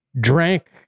drank